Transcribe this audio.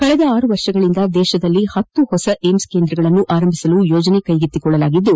ಕಳೆದ ಆರು ವರ್ಷಗಳಂದ ದೇತದಲ್ಲಿ ಹತ್ತು ಹೊಸ ಏಮ್ಸ್ ಕೇಂದ್ರಗಳನ್ನು ಆರಂಭಿಸಲು ಯೋಜನೆ ಕೈಗೆತ್ತಿಕೊಳ್ಳಲಾಗಿದ್ದು